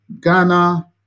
Ghana